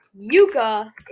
Yuka